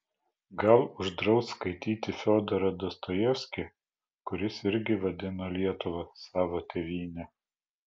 gal uždraus skaityti fiodorą dostojevskį kuris irgi vadino lietuvą savo tėvyne